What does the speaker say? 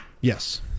Yes